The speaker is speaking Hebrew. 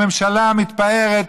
הממשלה מתפארת,